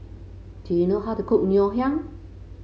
do you know how to cook Ngoh Hiang